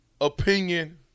Opinion